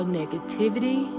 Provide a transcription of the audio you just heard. negativity